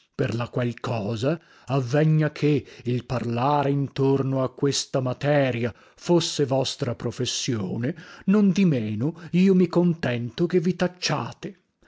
per la qual cosa avvegna che il parlare intorno a questa materia fosse vostra professione nondimeno io mi contento che vi tacciate